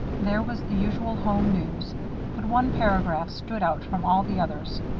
there was the usual home news but one paragraph stood out from all the others